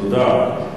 תודה.